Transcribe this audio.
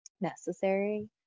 necessary